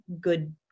good